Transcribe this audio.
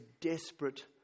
desperate